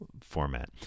format